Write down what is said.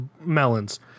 melons